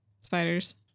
spiders